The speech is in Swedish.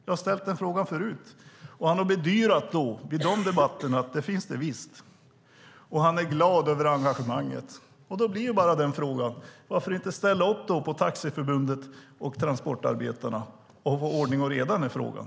Jag har ställt den frågan förut, och i debatterna har Anders Borg bedyrat att det finns det visst och han är glad över engagemanget. Då blir frågan: Varför inte ställa upp på Taxiförbundet och transportarbetarna och ha ordning och reda i den här frågan?